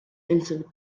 unsought